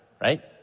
right